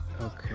Okay